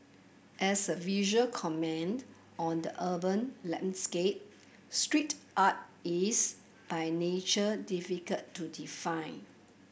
as a visual comment on the urban landscape street art is by nature difficult to define